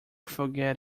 forget